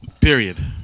Period